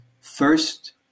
first